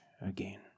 again